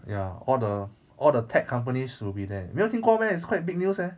ya all the all the tech companies will be there 没有听过 meh it's quite big news leh